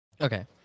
Okay